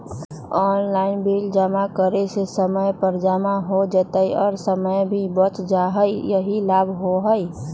Online bill जमा करे से समय पर जमा हो जतई और समय भी बच जाहई यही लाभ होहई?